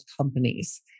companies